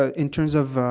ah in terms of, ah,